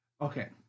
Okay